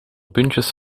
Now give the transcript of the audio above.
puntjes